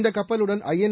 இந்த கப்பலுடன் ஐஎள்